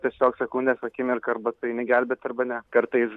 tiesiog sekundės akimirka arba tu eini gelbėt arba ne kartais